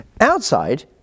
Outside